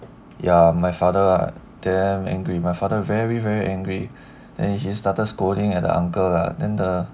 ya my father ah damn angry my father very very angry and he started scolding at the uncle lah then the